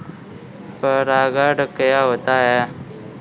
परागण क्या होता है?